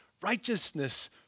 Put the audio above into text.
righteousness